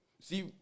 see